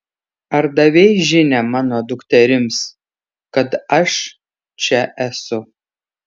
ar davei žinią mano dukterims kad aš čia esu